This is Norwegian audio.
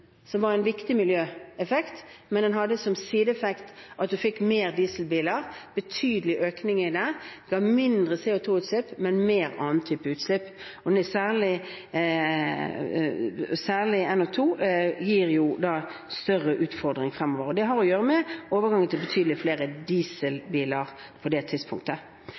som var en viktig miljøeffekt, men det hadde som sideeffekt at man fikk flere dieselbiler – en betydelig økning av dem – og mindre CO2-utslipp, men mer av andre typer utslipp. Særlig NO2 gir større utfordringer fremover, og det har å gjøre med overgangen til betydelig flere dieselbiler på det tidspunktet.